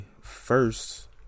first